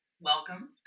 welcome